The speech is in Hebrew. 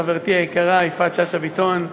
חברתי היקרה יפעת שאשא ביטון,